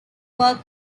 work